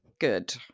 Good